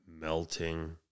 melting